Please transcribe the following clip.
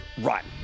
run